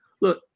look